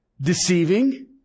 deceiving